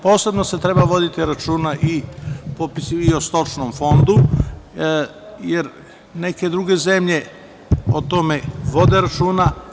Posebno se mora voditi računa i o popisu, o stočnom fondu jer neke druge zemlje o tome vode računa.